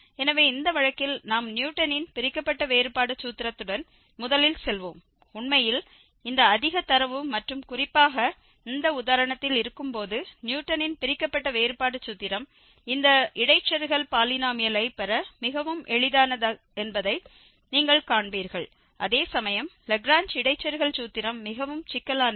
எனவே இந்த வழக்கில் நாம் நியூட்டனின் பிரிக்கப்பட்ட வேறுபாடு சூத்திரத்துடன் முதலில் செல்வோம் உண்மையில் இந்த அதிக தரவு மற்றும் குறிப்பாக இந்த உதாரணத்தில் இருக்கும்போது நியூட்டனின் பிரிக்கப்பட்ட வேறுபாடு சூத்திரம் இந்த இடைச்செருகல் பாலினோமியலை பெற மிகவும் எளிதானது என்பதை நீங்கள் காண்பீர்கள் அதேசமயம் லாக்ரேஞ்ச் இடைச்செருகல் சூத்திரம் மிகவும் சிக்கலானது